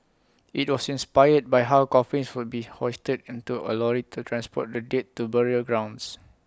IT was inspired by how coffins would be hoisted into A lorry to transport the dead to burial grounds